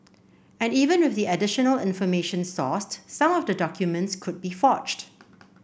and even with the additional information sourced some of the documents could be forged